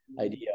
idea